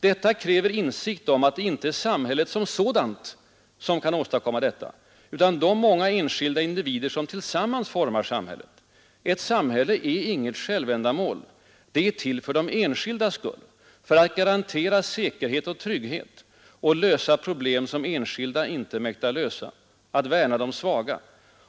Detta kräver insikt om att det icke är samhället som sådant som kan åstadkomma detta, utan de många enskilda individer som tillsammans formar samhället. Ett samhälle är inget självändamål. Det är till för de enskildas skull. För att garantera säkerhet och trygghet. Och lösa problem som enskilda icke mäktar lösa. Att värna de svaga.